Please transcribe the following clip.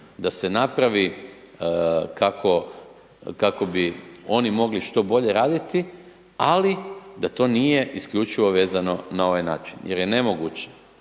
da se napravi kako bi oni mogli što bolje raditi, ali da to nije isključivo vezano na ovaj način jer je nemoguće,